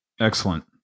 Excellent